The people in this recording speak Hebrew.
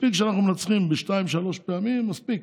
מספיק שאנחנו מנצחים בשתיים-שלוש פעמים, מספיק,